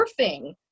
surfing